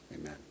Amen